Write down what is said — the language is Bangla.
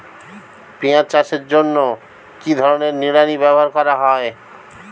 পিঁয়াজ চাষের জন্য কি ধরনের নিড়ানি ব্যবহার করা হয়?